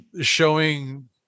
showing